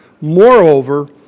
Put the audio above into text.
Moreover